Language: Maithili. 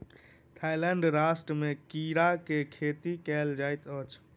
थाईलैंड राष्ट्र में कीड़ा के खेती कयल जाइत अछि